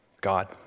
God